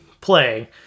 play